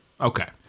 Okay